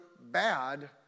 bad